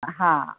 हा